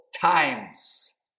times